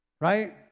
right